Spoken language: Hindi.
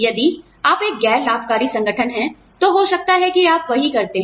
यदि आप एक गैर लाभकारी संगठन हैं तो हो सकता है कि आप वही करते हैं